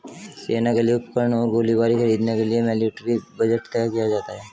सेना के लिए उपकरण और गोलीबारी खरीदने के लिए मिलिट्री बजट तय किया जाता है